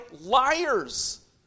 liars